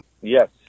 Yes